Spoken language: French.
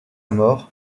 mort